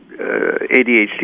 ADHD